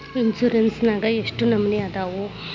Insurance ನ್ಯಾಗ ಎಷ್ಟ್ ನಮನಿ ಅದಾವು?